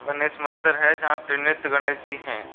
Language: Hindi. गनेश मंदिर है जहाँ त्रिनेत गणेश जी हैं